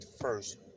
first